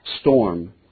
storm